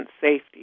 safety